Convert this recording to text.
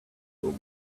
were